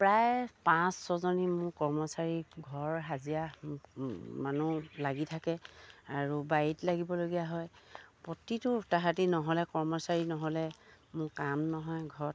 প্ৰায় পাঁচ ছজনী মোৰ কৰ্মচাৰী ঘৰ হাজিৰা মানুহ লাগি থাকে আৰু বাৰীত লাগিবলগীয়া হয় প্ৰতিটো তাহাঁতি নহ'লে কৰ্মচাৰী নহ'লে মোৰ কাম নহয় ঘৰত